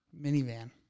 Minivan